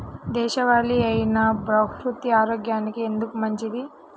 దేశవాలి అయినా బహ్రూతి ఆరోగ్యానికి ఎందుకు మంచిది?